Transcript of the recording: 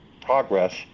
progress